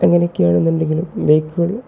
അങ്ങനെയൊക്കെയാണെന്നുണ്ടെങ്കിലും ബൈക്കുകൾ